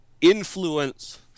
influence